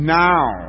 now